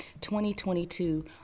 2022